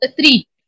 three